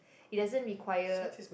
it doesn't require